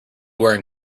wearing